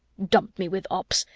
dump me with ops!